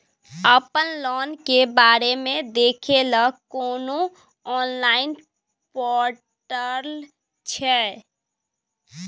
अपन लोन के बारे मे देखै लय कोनो ऑनलाइन र्पोटल छै?